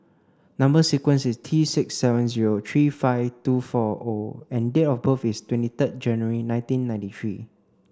number sequence is T six seven zero three five two four O and date of birth is twenty third January nineteen ninety three